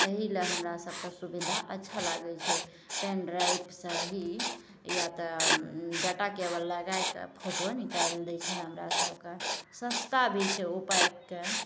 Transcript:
अही लए हमरा सबके सुविधा अच्छा लागय छै पेन ड्राइवसँ ही या तऽ डाटा केवल लगा कऽ फोटोहो निकालि दै छै हमरा सबके सस्ता भी छै उपायके